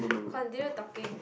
continue talking